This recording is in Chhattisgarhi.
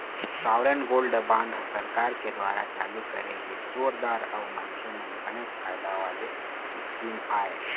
सॉवरेन गोल्ड बांड ह सरकार के दुवारा चालू करे गे जोरदार अउ मनखे मन बनेच फायदा वाले स्कीम आय